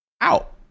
out